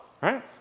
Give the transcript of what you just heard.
Right